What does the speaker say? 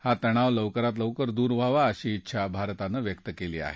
हा तणाव लवकरात लवकर दूर व्हावा अशी डिछा भारतानं व्यक्त केली आहे